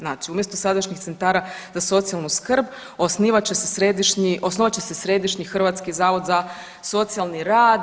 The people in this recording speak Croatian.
Znači umjesto sadašnjih centara za socijalnu skrb osnovat će se Središnji hrvatski zavod za socijalni rad.